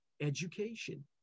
education